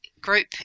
group